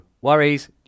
worries